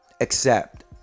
accept